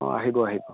অঁ আহিব আহিব